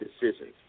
decisions